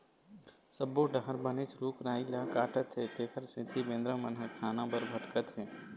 सब्बो डहर बनेच रूख राई ल काटत हे तेखर सेती बेंदरा मन ह खाना बर भटकत हे